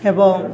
ଏବଂ